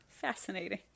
fascinating